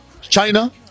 China